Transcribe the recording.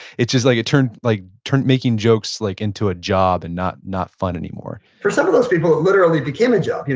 it just like turned like turned making jokes like into a job and not not fun anymore for some of those people it literally became a job. you know